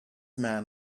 man